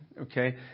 Okay